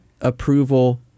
approval